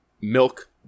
milk